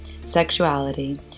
sexuality